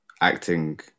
acting